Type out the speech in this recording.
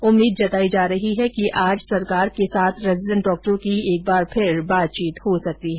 उम्मीद जताई जा रही है कि आज सरकार के साथ रेजीडेंट डॉक्टरों की एक बार फिर बातचीत हो सकती है